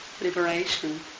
liberation